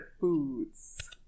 foods